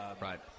Right